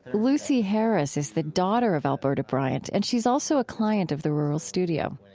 lucy harris is the daughter of alberta bryant, and she's also a client of the rural studio.